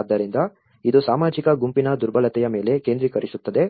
ಆದ್ದರಿಂದ ಇದು ಸಾಮಾಜಿಕ ಗುಂಪಿನ ದುರ್ಬಲತೆಯ ಮೇಲೆ ಕೇಂದ್ರೀಕರಿಸುತ್ತದೆ